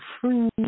free